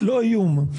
לא איום.